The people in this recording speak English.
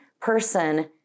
person